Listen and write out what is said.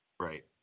Right